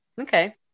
Okay